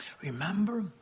Remember